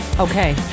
Okay